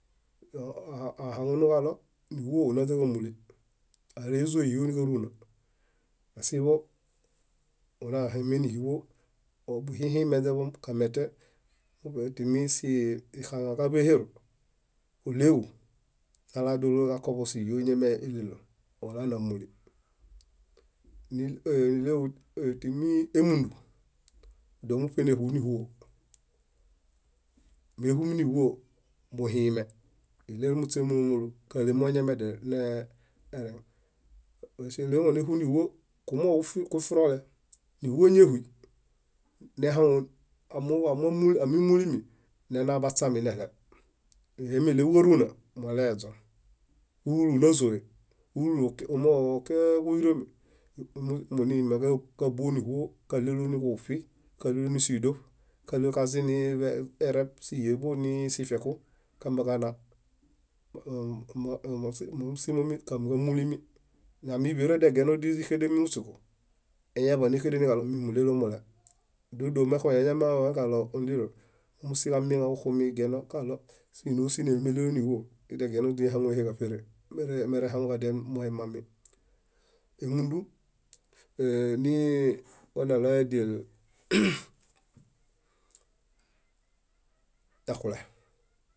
Ahaŋunuġalo níɦuo onaźaġamuli aeleeo éɦio níkáruna yasiḃo, onahemi níɦuo, obuhihimeźeḃom kamete, timisixawa káḃehero óɭeġu nalaa dólo kakuoḃo síɦio iñameɭelo olanamuli níɭeġu timi emundun domuṗe néhuiniɦuo méhuminiɦuo bukime iɭerumuśe múlumulu káleṗ moeñamedial nereŋ. Báŝeleŋo néhuiniɦuo; kumooġo kufirole níɦuoeñahui, amimulimi, nenabaśami neɭew emeɭeġuġaruna muleeźon úlu úlu názoe kumooġokia ġuyiromi, munimaŋ kábuniɦuo káɭelo niġuṗi kálunisidoṗ kaźaġazim nivereb síɦieḃo nisifieku kambiekana momusimomi kamiġamolimi amiḃero degienodi źix&denimi múśuku, añadifiakalo minmuɭélomule dódo mexuneimi kalo ondilo musimo kamieŋa kuxunmi igieno kalo sínosineemeɭzlo níɦuo, degienidi ehaŋuhe ẽáṗere merehaŋu kadial moemami emundun niwaneɭoyaediel bón exule